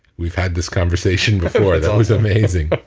we've had this conversation before, that was amazing.